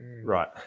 Right